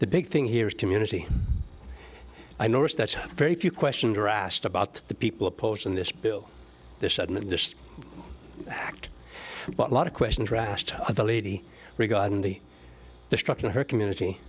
the big thing here is community i noticed that very few questions were asked about the people opposing this bill act what a lot of questions were asked of the lady regarding the destruction of her community